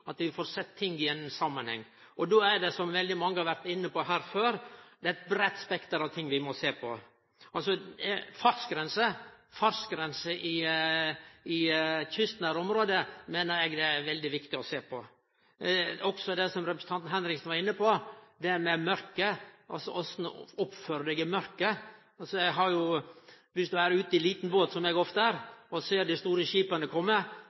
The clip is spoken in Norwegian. at vi får sett ting i samanheng. Då er det, som veldig mange har vore inne på her, eit breitt spekter av ting vi må sjå på. Fartsgrense i kystnære område meiner eg det er veldig viktig å sjå på. Representanten Henriksen var inne på korleis ein oppfører seg i mørkret. Viss ein er ute i liten båt – som eg ofte er – og ser dei store